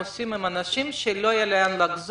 ובלשכות התעסוקה מה עושים עם אנשים שלא יהיה להם לאן לחזור?